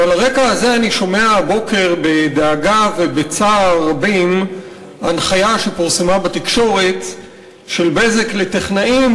ועל הרקע הזה אני שומע הבוקר בדאגה ובצער רבים הנחיה של "בזק" לטכנאים,